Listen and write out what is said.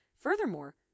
Furthermore